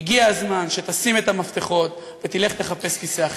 הגיע הזמן שתשים את המפתחות ותלך לחפש כיסא אחר.